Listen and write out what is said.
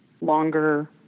longer